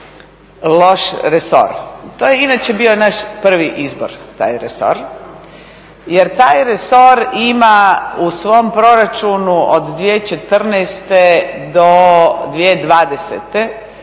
loš resor. To je inače bio naš prvi izbor, taj resor jer taj resor ima u svom proračunu od 2014. do 2020.